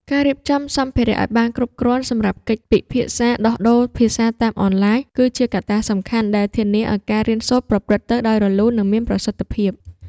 ការរៀបចំសម្ភារៈឱ្យបានគ្រប់គ្រាន់សម្រាប់កិច្ចពិភាក្សាដោះដូរភាសាតាមអនឡាញ គឺជាកត្តាសំខាន់ដែលធានាឱ្យការរៀនសូត្រប្រព្រឹត្តទៅដោយរលូន និងមានប្រសិទ្ធភាព។